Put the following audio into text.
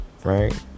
Right